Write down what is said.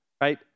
right